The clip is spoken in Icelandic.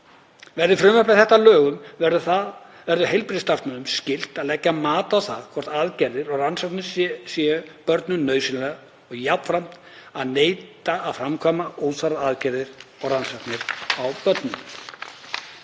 Verði frumvarp þetta að lögum verður heilbrigðisstarfsmönnum skylt að leggja mat á það hvort aðgerðir og rannsóknir séu börnum nauðsynlegar og jafnframt að neita að framkvæma óþarfar aðgerðir og rannsóknir á börnum.“